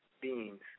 beings